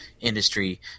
industry